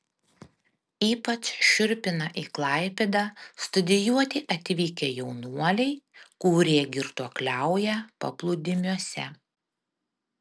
ypač šiurpina į klaipėdą studijuoti atvykę jaunuoliai kurie girtuokliauja paplūdimiuose